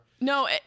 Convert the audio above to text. No